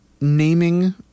naming